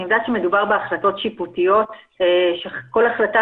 אני יודעת שמדובר בהחלטות שיפוטיות שכל החלטה